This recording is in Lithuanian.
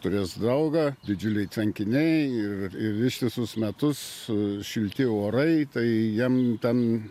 turės graugą didžiuliai tvenkiniai ir ištisus metus šilti orai tai jam ten